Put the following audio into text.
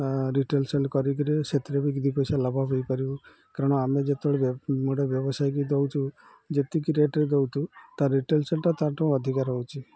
retail sale କରିକିରି ସେଥିରେ ବି ଦୁଇ ପଇସା ଲାଭ ହେଇପାରିବୁ କାରଣ ଆମେ ଯେତେବେଳେ ଗୋଟେ ବ୍ୟବସାୟି କି ଦଉଛୁ ଯେତିକି ରେଟ୍ରେ ଦଉଛୁ ତା ରିଟେଲ୍ ସେଲ୍ଟା ତାଠୁ ଅଧିକା ରହୁଛି